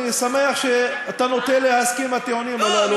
אני שמח שאתה נוטה להסכים עם הטיעונים הללו.